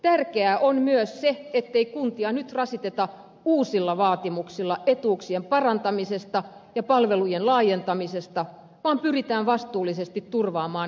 tärkeää on myös se ettei kuntia nyt rasiteta uusilla vaatimuksilla etuuksien parantamisesta ja palvelujen laajentamisesta vaan pyritään vastuullisesti turvaamaan nykyinen palvelutaso